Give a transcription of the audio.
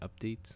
updates